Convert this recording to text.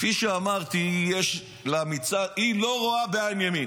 כפי שאמרתי, היא לא רואה בעין ימין.